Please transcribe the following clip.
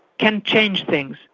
can change things,